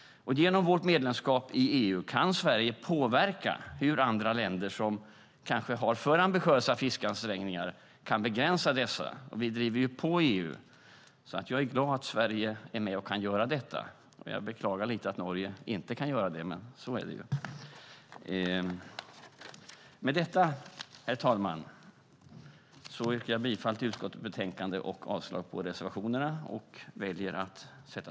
Genom vårt medlemskap i EU kan Sverige påverka hur andra länder som kanske har för ambitiösa fiskeansträngningar kan begränsa dessa, och vi driver på i EU. Jag är glad att Sverige är med och kan göra detta. Jag beklagar lite att Norge inte kan göra det, men så är det. Med detta, herr talman, yrkar jag bifall till förslaget i utskottets betänkande och avslag på reservationerna.